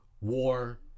war